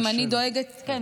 אם אני דואגת, קשה.